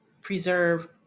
preserve